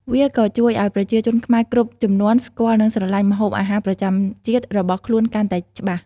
វាក៏ជួយឱ្យប្រជាជនខ្មែរគ្រប់ជំនាន់ ស្គាល់និងស្រឡាញ់ម្ហូបអាហារប្រចាំជាតិរបស់ខ្លួនកាន់តែច្បាស់។